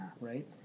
Right